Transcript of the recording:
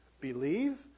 believe